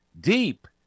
deep